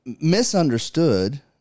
misunderstood